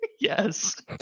Yes